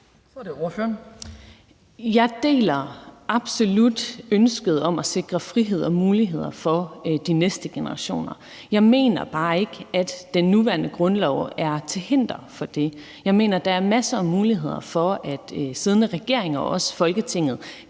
Jeg deler absolut ønsket om at sikre frihed og muligheder for de næste generationer. Jeg mener bare ikke, at den nuværende grundlov er til hinder for det. Jeg mener, at der er masser af muligheder for, at siddende regeringer og også Folketinget